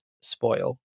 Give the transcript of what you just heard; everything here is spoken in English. spoil